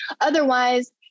Otherwise